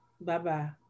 Bye-bye